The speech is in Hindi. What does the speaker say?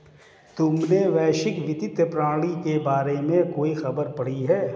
तुमने वैश्विक वित्तीय प्रणाली के बारे में कोई खबर पढ़ी है?